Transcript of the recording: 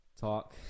talk